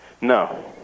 No